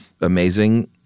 amazing